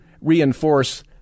reinforce